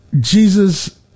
Jesus